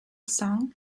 song